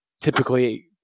typically